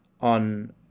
on